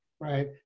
right